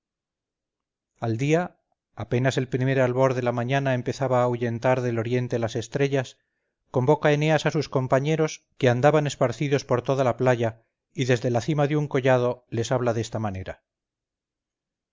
al día apenas el primer albor de la mañana empezaba a ahuyentar del oriente las estrellas convoca eneas a sus compañeros que andaban esparcidos por toda la playa y desde la cima de un collado les habla de esta manera